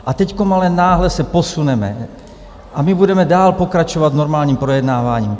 A teď ale náhle se posuneme a my budeme dál pokračovat v normálním projednávání.